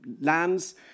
lands